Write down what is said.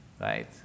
Right